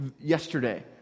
yesterday